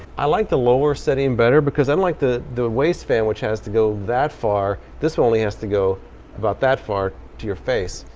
i like the lower setting better because, unlike the the waist fan which has to go that far, the one so only has to go about that far to your face.